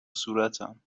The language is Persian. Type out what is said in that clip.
صورتم